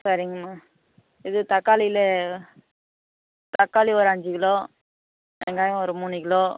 சரிங்கம்மா இது தக்காளியில தக்காளி ஒரு அஞ்சு கிலோ வெங்காயம் ஒரு மூணு கிலோ